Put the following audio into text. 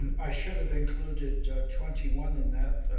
i should have included twenty one in that.